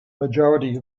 majority